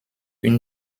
une